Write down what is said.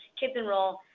kidsenroll,